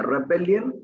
Rebellion